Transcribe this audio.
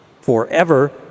forever